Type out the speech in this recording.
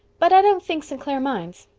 but i don't think st. clair minds.